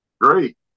great